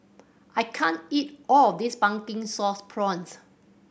I can't eat all of this Pumpkin Sauce Prawns